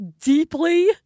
deeply